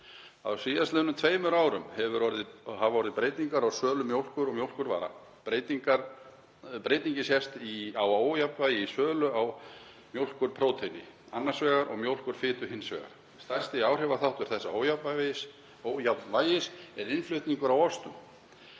Á síðastliðnum tveimur árum hafa orðið breytingar á sölu mjólkur og mjólkurvara. Breytingin sést á ójafnvægi í sölu á mjólkurpróteini annars vegar og mjólkurfitu hins vegar. Stærsti áhrifaþáttur þessa ójafnvægis er innflutningur á ostum.